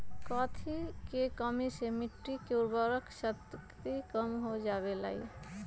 कथी के कमी से मिट्टी के उर्वरक शक्ति कम हो जावेलाई?